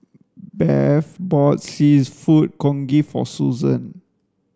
Beth bought seafood congee for Susann